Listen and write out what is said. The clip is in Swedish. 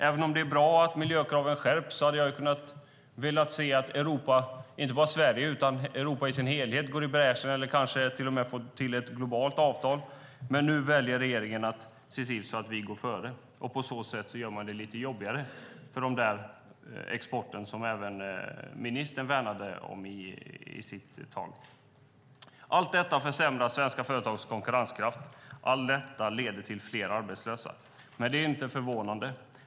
Även om det är bra att miljökraven skärps hade jag velat se att inte bara Sverige utan Europa i sin helhet går i bräschen eller att man kanske till och med får till ett globalt avtal. Nu väljer regeringen att se till att vi går före, och på så sätt gör man det lite jobbigare för den export som även ministern värnade om i sitt tal. Allt detta försämrar svenska företags konkurrenskraft och leder till fler arbetslösa. Men det är inte förvånande.